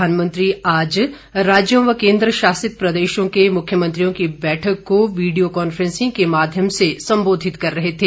प्रधानमंत्री आज राज्यों व केन्द्रशासित प्रदेशों के मुख्यमंत्रियों की बैठक को वीडियो कांफ्रेंसिंग के माध्यम से संबोधित कर रहे थे